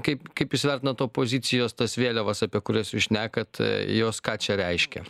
kaip kaip jūs vertinat opozicijos tas vėliavas apie kurias šnekat jos ką čia reiškia